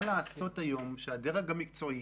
מה לעשות היום שהדרג המקצועי